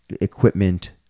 equipment